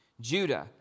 Judah